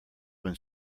when